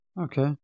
Okay